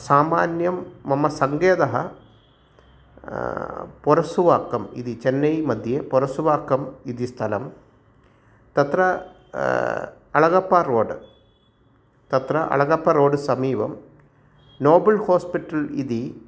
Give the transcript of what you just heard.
सामान्यं मम सङकेतं पोरसुवाकम् इति चन्नैमध्ये पोरसुवाकम् इति स्थलं तत्र अळगप्पा रोड् तत्र अळगप्पा रोड् समीवं नोबल् हास्पिटल् इति